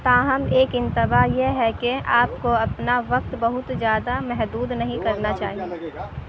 تاہم ایک انتباہ یہ ہے کہ آپ کو اپنا وقت بہت زیادہ محدود نہیں کرنا چاہیے